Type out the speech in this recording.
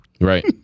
Right